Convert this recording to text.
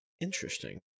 Interesting